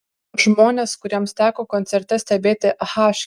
žmonės kuriems teko koncerte stebėti h